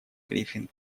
брифинг